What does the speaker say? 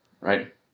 right